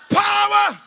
power